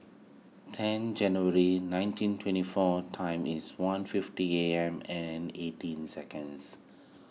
ten January nineteen twenty four time is one fifty A M and eighteen seconds